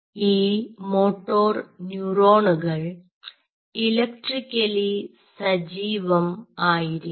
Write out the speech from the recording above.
ഈ മോട്ടോർ ന്യൂറോണുകൾ ഇലക്ട്രിക്കലി സജീവം ആയിരിക്കണം